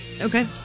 Okay